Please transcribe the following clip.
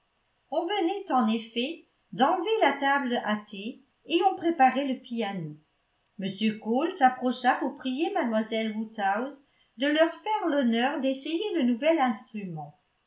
on venait en effet d'enlever la table à thé et on préparait le piano m cole s'approcha pour prier mlle woodhouse de leur faire l'honneur d'essayer le nouvel instrument